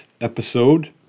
episode